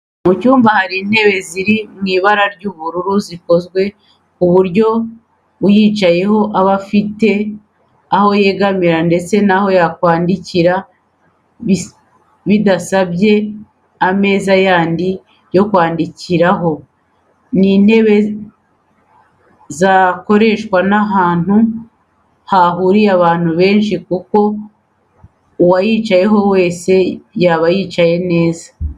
Mu cyumba hari intebe ziri mu ibara ry'ubururu zikozwe ku buryo uyicayeho aba afite aho yegamira ndetse n'aho kwandikira bidasabye ameza yandi yo kwandikiraho. Ni intebe zakoreshwa ahantu hahuriye abantu benshi kuko uwayicaraho wese yaba yicaye neza